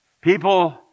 People